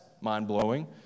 mind-blowing